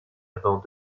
avant